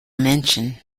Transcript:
mention